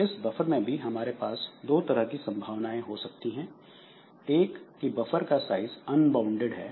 इस बफर में भी हमारे पास दो तरह की संभावना हो सकती हैं एक कि बफ़र का साइज अनबॉउंडेड है